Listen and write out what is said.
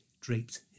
draped